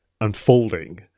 unfolding